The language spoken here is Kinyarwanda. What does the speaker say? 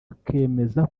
akemeza